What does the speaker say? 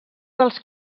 dels